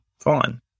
Fine